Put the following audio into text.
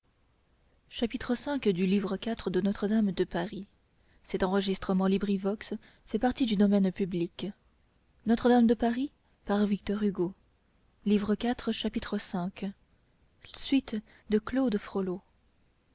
maître v suite de claude frollo